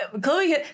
Chloe